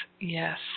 yes